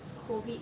COVID